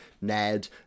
Ned